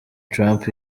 trump